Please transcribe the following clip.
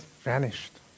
vanished